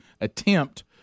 attempt